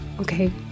okay